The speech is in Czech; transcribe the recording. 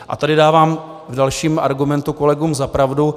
A tady dávám v dalším argumentu kolegům za pravdu.